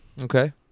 Okay